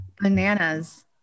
bananas